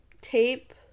tape